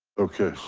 okay.